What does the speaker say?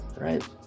right